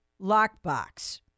lockbox